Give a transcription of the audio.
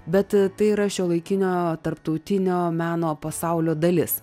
bet tai yra šiuolaikinio tarptautinio meno pasaulio dalis